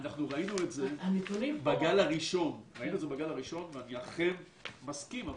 אנחנו ראינו את זה בגל הראשון ואני אכן מסכים,